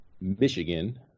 Michigan